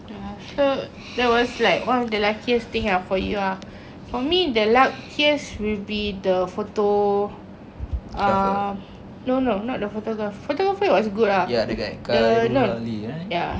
ya so that was like one of the luckiest thing ah for you ah for me the luckiest will be the photo ah no no not the photography the photography was good ah the no ya